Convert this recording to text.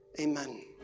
Amen